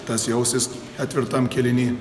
tas jausis ketvirtam kėliny